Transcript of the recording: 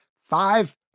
five